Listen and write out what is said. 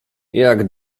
jak